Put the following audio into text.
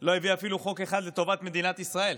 לא הביא אפילו חוק אחד לטובת מדינת ישראל.